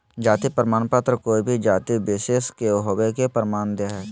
जाति प्रमाण पत्र कोय भी जाति विशेष के होवय के प्रमाण दे हइ